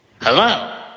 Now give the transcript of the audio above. Hello